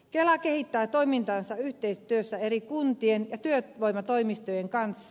kela kehittää toimintaansa yhteistyössä eri kuntien ja työvoimatoimistojen kanssa